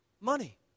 Money